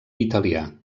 italià